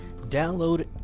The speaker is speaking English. Download